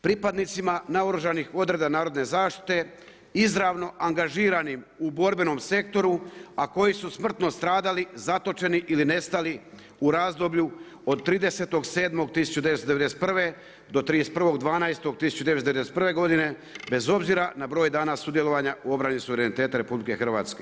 Pripadnicima naoružanih odreda narodne zaštite izravno angažiranih u borbenom sektoru a koji su smrtno stradali, zatočeni ili nestali u razdoblju od 30.7.1991. do 31.12.1991. godine, bez obzira na broj dana sudjelovanja u obrani suvereniteta RH.